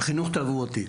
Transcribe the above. על חינוך תעבורתי.